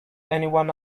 anyone